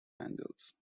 angeles